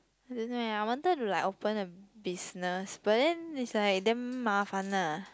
I don't know eh I wanted to like open a business but then is like damn 麻烦:mafan lah